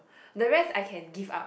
the rest I can give up